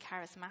charismatic